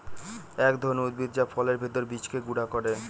এক ধরনের উদ্ভিদ যা ফলের ভেতর বীজকে গুঁড়া করে